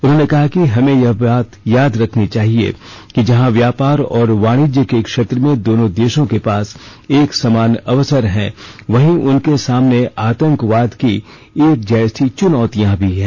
उन्होंने कहा हमें यह बात याद रखनी चाहिए कि जहां व्यापार और वाणिज्य के क्षेत्र में दोनों देशों के पास एकसमान अवसर हैं वहीं उनके सामने आतंकवाद की एक जैसी चुनौतियां भी हैं